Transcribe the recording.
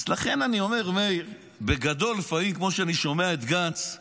לכן אני אומר, מאיר, בגדול, כמו שאני שומע את גנץ,